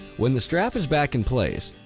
when the strap is back in place,